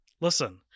Listen